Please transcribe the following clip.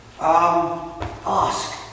ask